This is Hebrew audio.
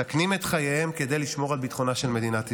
מסכנים את חייהם כדי לשמור על ביטחונה של מדינת ישראל.